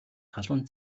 халуун